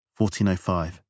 1405